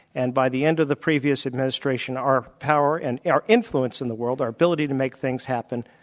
and by the end of the previous administration, our power and our influence in the world, our ability to make things happen,